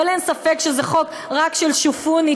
אבל אין ספק שזה חוק רק של שופוני.